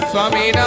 Swami